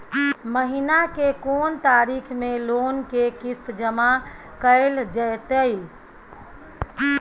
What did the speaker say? महीना के कोन तारीख मे लोन के किस्त जमा कैल जेतै?